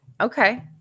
Okay